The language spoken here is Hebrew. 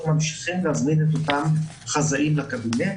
ממשיכים להזמין את אותם חזאים לקבינט,